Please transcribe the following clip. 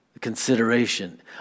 consideration